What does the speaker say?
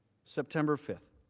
september fifth.